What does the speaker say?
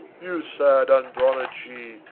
you sad andronici,